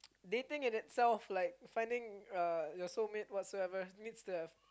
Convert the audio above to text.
dating in itself like finding uh your soulmate whatsoever needs the